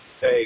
Hey